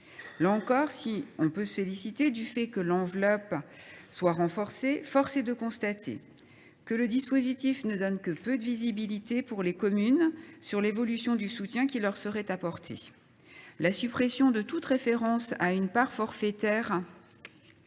Là encore, si l’on peut se féliciter du fait que l’enveloppe soit renforcée, force est de constater que le dispositif ne donne que peu de visibilité pour les communes sur l’évolution du soutien qui leur serait apporté. La suppression de toute référence à une part forfaitaire